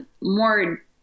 more